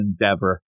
Endeavor